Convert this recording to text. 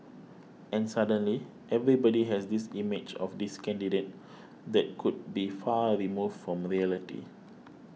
and suddenly everybody has this image of this candidate that could be far removed from reality